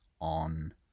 on